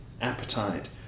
appetite